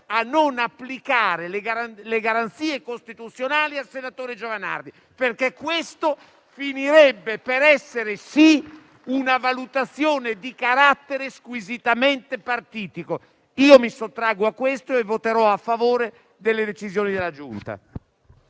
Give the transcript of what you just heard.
a non applicare le garanzie costituzionali al senatore Giovanardi, perché questo finirebbe per essere una valutazione di carattere squisitamente partitico. Io mi sottraggo a questo e voterò a favore delle decisioni della Giunta.